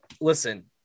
listen